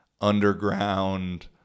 underground